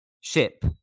ship